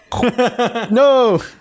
No